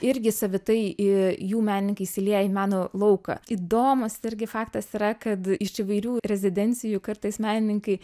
irgi savitai į jų menininkai įsilieja į meno lauką įdomus irgi faktas yra kad iš įvairių rezidencijų kartais menininkai